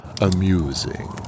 amusing